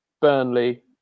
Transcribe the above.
Burnley